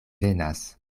venas